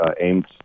aimed